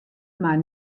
mar